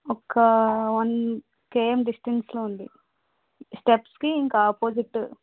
ఒకా one KM డిస్టెన్స్లో ఉంది స్టెప్స్కీ ఇంక ఆపోజిట్టు